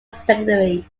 secondary